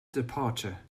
departure